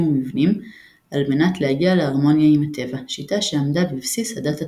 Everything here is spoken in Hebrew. ומבנים על מנת להגיע להרמוניה עם הטבע - שיטה שעמדה בבסיס הדת הטאואיסטית.